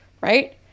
right